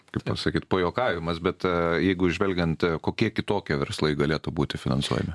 kaip pasakyt pajuokavimas bet jeigu žvelgiant kokie kitokie verslai galėtų būti finansuojami